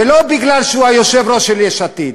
ולא כי הוא היושב-ראש של יש עתיד,